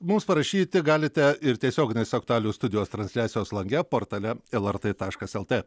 mums parašyti galite ir tiesioginės aktualijų studijos transliacijos lange portale lrt taškas lt